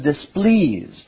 displeased